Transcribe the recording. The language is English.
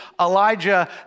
Elijah